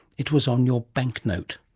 it was on your banknote